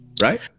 Right